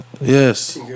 Yes